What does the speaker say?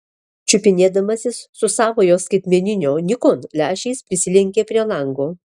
čiupinėdamasis su savojo skaitmeninio nikon lęšiais prisilenkė prie lango